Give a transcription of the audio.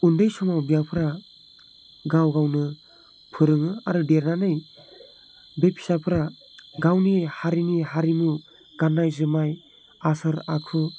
उन्दै समाव बिमाफ्रा गाव गावनो फोरोङो आरो देरनानै बे फिसाफ्रा गावनि हारिनि हारिमु गाननाय जोमनाय आसार आखु